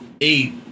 eight